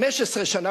15 שנה,